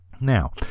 Now